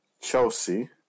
Chelsea